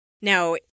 Now